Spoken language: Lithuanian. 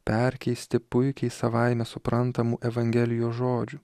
perkeisti puikiai savaime suprantamų evangelijos žodžių